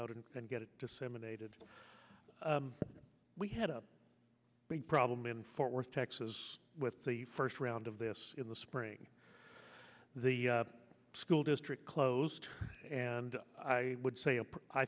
out and get it disseminated we had a big problem in fort worth texas with the first round of this in the spring the school district closed and i would say a i